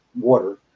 water